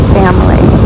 family